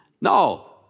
No